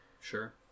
sure